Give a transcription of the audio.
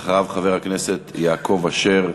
אחריו, חבר הכנסת יעקב אשר,